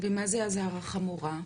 ומה זה אזהרה חמורה?